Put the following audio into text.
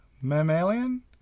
mammalian